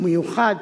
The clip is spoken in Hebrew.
ובמיוחד